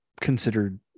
considered